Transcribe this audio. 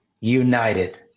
united